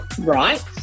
Right